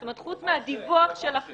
זאת אומרת, חוץ מהדיווח שלכם,